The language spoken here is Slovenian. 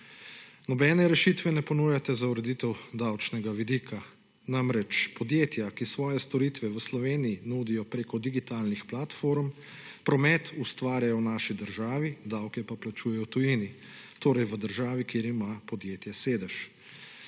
Nobene rešitve ne ponujate za ureditev davčnega vidika. Namreč, podjetja, ki svoje storitve v Sloveniji nudijo preko digitalnih platform, promet ustvarjajo v naši državi, davke pa plačujejo v tujini, torej v državi, kjer ima podjetje sedež.